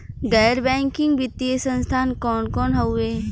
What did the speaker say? गैर बैकिंग वित्तीय संस्थान कौन कौन हउवे?